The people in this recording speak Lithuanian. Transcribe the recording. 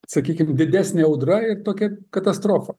sakykim didesnė audra ir tokia katastrofa